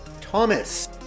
Thomas